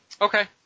Okay